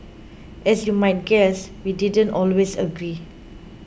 as you might guess we didn't always agree